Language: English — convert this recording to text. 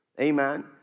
Amen